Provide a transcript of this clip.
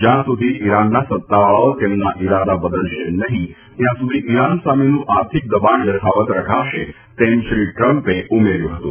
જ્યાં સુધી ઇરાનના સત્તાવાળાઓ તેમના ઇરાદા બદલશે નહી ત્યાં સુધી ઇરાન સામેનું આર્થિક દબાણ યથાવત રખાશે તેમ શ્રી ટ્રમ્પે ઉમેર્યું હતું